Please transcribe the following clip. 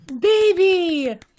Baby